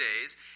days